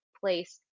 place